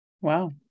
Wow